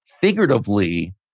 figuratively